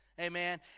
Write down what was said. Amen